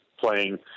playing